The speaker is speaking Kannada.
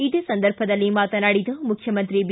ಇದೇ ಸಂದರ್ಭದಲ್ಲಿ ಮಾತನಾಡಿದ ಮುಖ್ಯಮಂತ್ರಿ ಬಿ